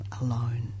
alone